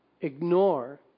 ignore